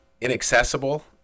inaccessible